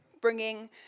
bringing